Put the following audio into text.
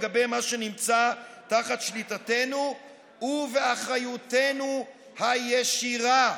מה שנמצא תחת שליטתנו ובאחריותנו הישירה.